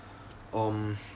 um